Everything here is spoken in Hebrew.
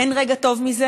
אין רגע טוב מזה.